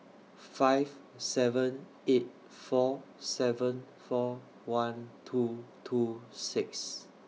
five seven eight four seven four one two two six